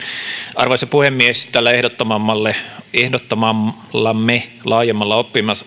arvoisa puhemies tällä ehdottamallamme ehdottamallamme laajemmalla